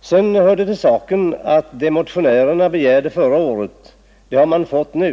Sedan hör det till saken att vad motionärerna begärde förra året det har man fått nu.